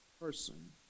person